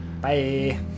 bye